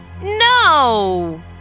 No